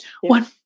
one